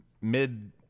mid